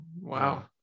wow